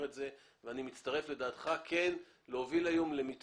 את זה ואני מצטרף לדעתך כן להוביל היום למתווה